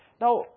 Now